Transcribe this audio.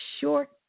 short